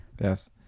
Yes